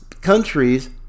countries